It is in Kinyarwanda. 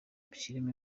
mushyiremo